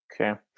okay